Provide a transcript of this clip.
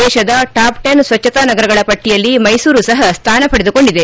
ದೇಶದ top ten ಸ್ವಚ್ಚತಾ ನಗರಗಳ ಪಟ್ಟಿಯಲ್ಲಿ ಮೈಸೂರು ಸಹ ಸ್ಥಾನ ಪಡೆದುಕೊಂಡಿದೆ